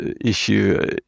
issue